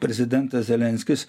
prezidentas zelenskis